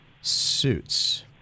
suits